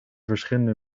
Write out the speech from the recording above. verschillende